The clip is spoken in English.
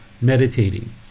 meditating